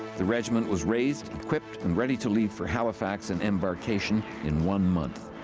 the regiment was raised, equipped, and ready to leave for halifax and embarkation in one month.